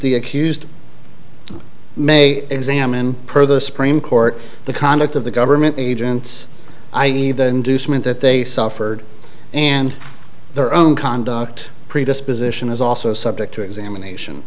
the accused may examine per the supreme court the conduct of the government agents i e then do so meant that they suffered and their own conduct predisposition is also subject to examination